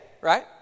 Right